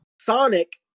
Sonic